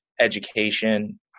education